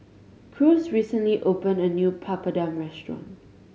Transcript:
Cruz recently opened a new Papadum restaurant